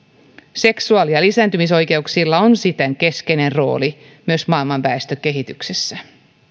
seksuaali ja lisääntymisoikeuksilla on siten keskeinen rooli myös maailman väestökehityksessä